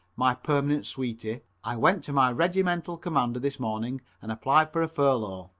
my permanent sweetie, i went to my regimental commander this morning and applied for a furlough.